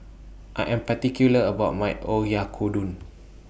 I Am particular about My Oyakodon